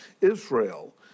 Israel